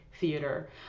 theater